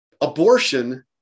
Abortion